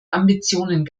ambitionen